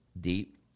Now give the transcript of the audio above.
deep